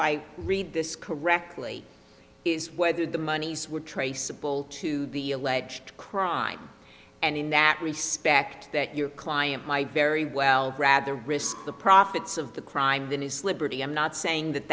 i read this correctly is whether the monies were traceable to the alleged crime and in that respect that your client might very well grab the risk the profits of the crime than his liberty i'm not saying that